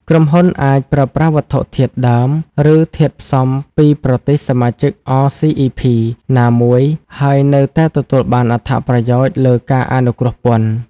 ក្រុមហ៊ុនអាចប្រើប្រាស់វត្ថុធាតុដើម ឬធាតុផ្សំពីប្រទេសសមាជិក អ សុី អុី ភី (RCEP)ណាមួយ ហើយនៅតែទទួលបានអត្ថប្រយោជន៍លើការអនុគ្រោះពន្ធ។